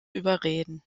überreden